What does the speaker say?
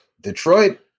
Detroit